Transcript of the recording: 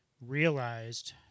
realized